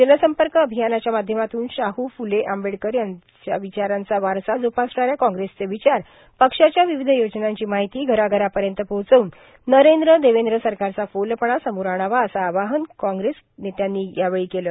जनसंपक र्णभयानाच्या माध्यमातून शाहू फुले आंबेडकर यांचा विचारांचा वारसा जोपासणाऱ्या काँग्रेसचे र्वचार पक्षाच्या र्वावध योजनांची मार्गाहती घराघरापयत पोहचवून नरद्र देवद्र सरकारचा फोलपणा समोर आणावा अस आवाहन कॉग्रेस नेत्यांनी केलं